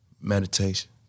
Meditation